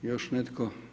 Još netko?